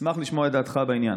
אשמח לשמוע את דעתך בעניין.